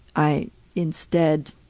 i instead,